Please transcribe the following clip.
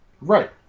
Right